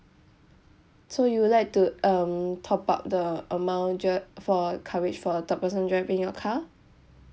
so you would like to um top up the amount dr~ for coverage for a third person driving your car